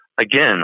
Again